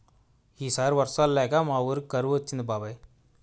ఈ సారి వర్షాలు లేక మా వూరికి కరువు వచ్చింది బాబాయ్